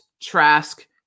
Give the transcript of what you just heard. Trask